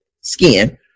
skin